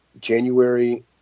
January